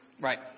Right